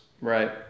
Right